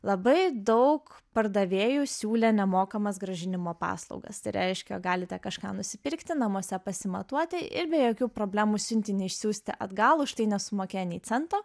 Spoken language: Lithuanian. labai daug pardavėjų siūlė nemokamas grąžinimo paslaugas tai reiškia galite kažką nusipirkti namuose pasimatuoti ir be jokių problemų siuntinį išsiųsti atgal už tai nesumokėję nei cento